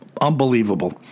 Unbelievable